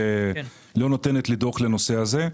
לא נותנת לנושא הזה לדעוך.